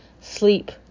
Sleep